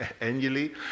annually